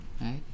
right